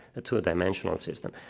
a two-dimensional system.